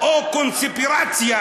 או קונספירציה,